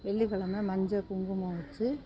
வெள்ளிக்கெழம மஞ்சள் குங்குமம் வச்சு